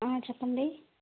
చెప్పండి